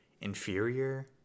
inferior